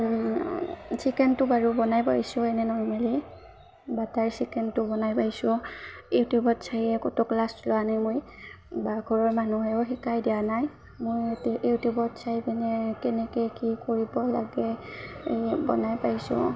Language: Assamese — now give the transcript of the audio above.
চিকেনটো বাৰু বনাই পাইছোঁ এনে নৰ্মেলি বাটাৰ চিকেনটো বনাই পাইছোঁ ইউটিউবত চায়ে ক'তো ক্লাছ লোৱা নাই মই বা ঘৰৰ মানুহেও শিকাই দিয়া নাই মোৰ ইউটিউবত চাই পিনে কেনেকৈ কি কৰিব লাগে বনাই পাইছোঁ